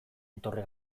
etorri